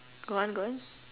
go on go on